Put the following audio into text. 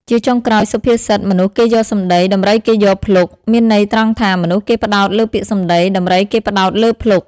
ជាចុងក្រោយ សុភាសិត មនុស្សគេយកសម្តី ដំរីគេយកភ្លុក មានន័យត្រង់ថា មនុស្សគេផ្ដោតលើពាក្យសម្ដី ដំរីគេផ្ដោតលើភ្លុក។